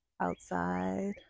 outside